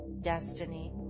destiny